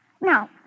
Now